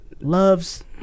loves